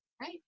right